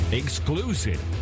exclusive